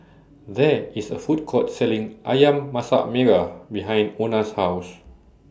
There IS A Food Court Selling Ayam Masak Merah behind Ona's House